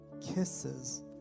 kisses